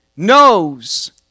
knows